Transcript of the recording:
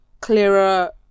clearer